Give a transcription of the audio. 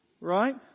right